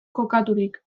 kokaturik